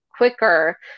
quicker